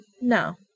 No